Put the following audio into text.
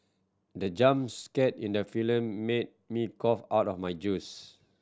the jump scare in the film made me cough out of my juice